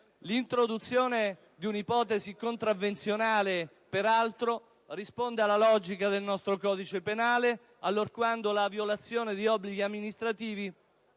L'introduzione di un'ipotesi contravvenzionale, peraltro, risponde alla logica del nostro codice penale, allorquando la violazione di obblighi amministrativi